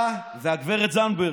אתה והגב' זנדברג.